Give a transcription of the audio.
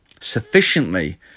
sufficiently